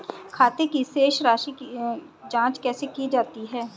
खाते की शेष राशी की जांच कैसे की जाती है?